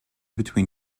between